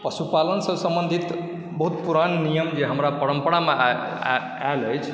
पशुपालनसँ सम्बन्धित बहुत पुरान नियम जे हमरा परम्परामे आयल अछि